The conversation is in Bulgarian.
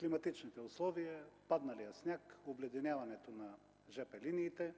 климатичните условия, падналият сняг, обледеняването на жп линиите.